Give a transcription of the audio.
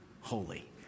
holy